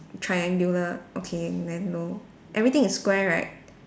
triangular okay then no everything is square right